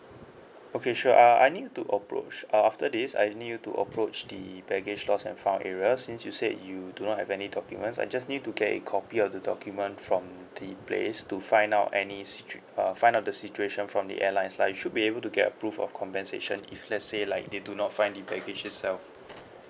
okay sure uh I need you to approach uh after this I need you to approach the baggage lost and found area since you said you do not have any documents I just need you to get a copy of the document from the place to find out any situ~ uh find out the situation from the airlines lah you should be able to get approve of compensation if let's say like they do not find the baggage itself